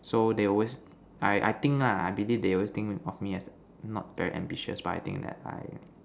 so they will always I I think lah I believe they always think of me as not very ambitious but I think that I